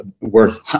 worth